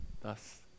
thus